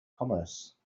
commerce